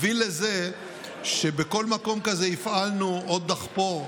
הביאו לזה שבכל מקום כזה הפעלנו עוד דחפור,